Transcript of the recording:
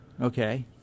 Okay